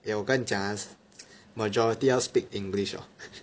eh 我跟你讲 ah majority 要 speak English liao